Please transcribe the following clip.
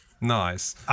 Nice